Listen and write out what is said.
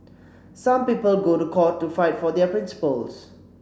some people go to court to fight for their principles